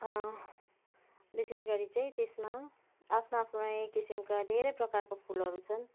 विशेष गरी चाहिँ त्यसमा आफ्नो आफ्नो नयाँ किसिमका धेरै प्रकारको फुलहरू छन्